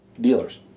Dealers